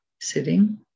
sitting